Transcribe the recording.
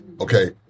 okay